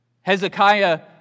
Hezekiah